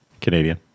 Canadian